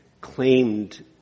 claimed